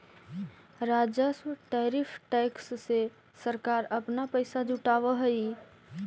राजस्व tariff tax से सरकार अपना पैसा जुटावअ हई